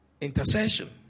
intercession